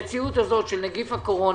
המציאות הזו של נגיף הקורונה,